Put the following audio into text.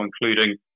including